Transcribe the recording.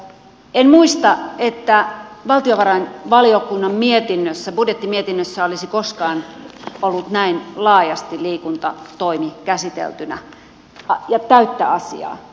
en muista että valtiovarainvaliokunnan mietinnössä budjettimietinnössä olisi koskaan ollut näin laajasti liikuntatoimi käsiteltynä ja täyttä asiaa